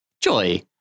Joy